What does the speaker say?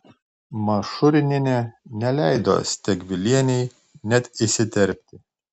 mašurinienė neleido stegvilienei net įsiterpti